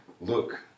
look